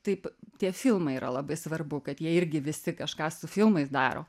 taip tie filmai yra labai svarbu kad jie irgi visi kažką su filmais daro